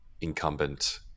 incumbent